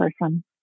person